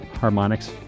harmonics